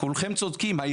כולכם צודקים,